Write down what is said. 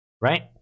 Right